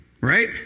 right